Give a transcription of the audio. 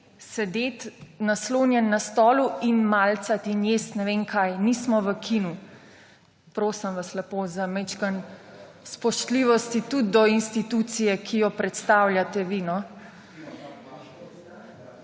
sedeti naslonjen na stolu in malicati in jesti ne vem kaj. Nismo v kinu. Prosim vas lepo za malo spoštljivosti tudi do institucije, ki jo vi predstavljate.